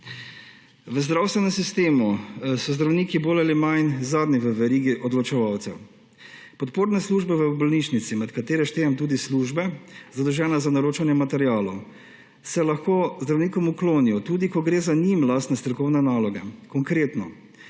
V zdravstvenem sistemu so zdravniki bolj ali manj zadnji v verigi odločevalcev. Podporne službe v bolnišnici, med katere štejem tudi službe, zadolžene za naročanje materialov, se lahko zdravnikom uklonijo, tudi ko gre za njim lastne strokovne naloge. Konkretno,